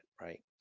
right